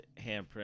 handprint